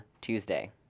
Tuesday